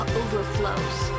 overflows